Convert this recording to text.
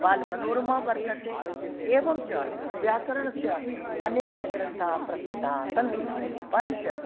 बालमनोरमा वर्तते एवञ्च व्याकरणस्य अनेके ग्रन्थाः प्रसिद्धाः सन्ति परञ्च